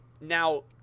Now